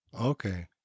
Okay